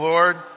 Lord